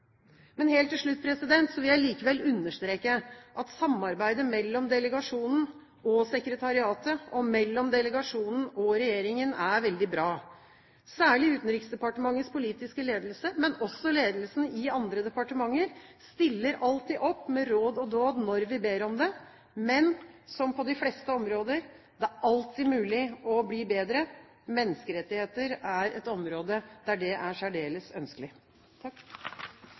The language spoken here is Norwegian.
Helt til slutt vil jeg likevel understreke at samarbeidet mellom delegasjonen og sekretariatet og mellom delegasjonen og regjeringen er veldig bra. Særlig Utenriksdepartementets politiske ledelse, men også ledelsen i andre departementer stiller alltid opp med råd og dåd når vi ber om det, men som på de fleste områder – det er alltid mulig å bli bedre. Menneskerettigheter er et område der det er særdeles ønskelig.